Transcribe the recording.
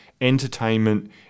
entertainment